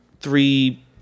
three